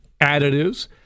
additives